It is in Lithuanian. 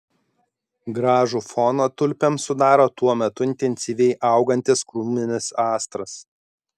gražų foną tulpėms sudaro tuo metu intensyviai augantis krūminis astras